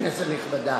כנסת נכבדה,